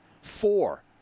Four